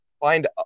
Find